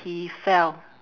he fell